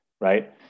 Right